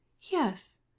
Yes